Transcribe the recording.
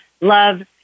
love